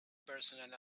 personal